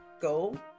go